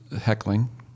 heckling